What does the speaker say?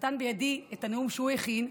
יצחק וסרלאוף נתן בידי את הנאום שהוא הכין,